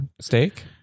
Steak